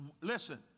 listen